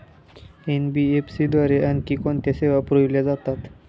NBFC द्वारे आणखी कोणत्या सेवा पुरविल्या जातात?